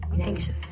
Anxious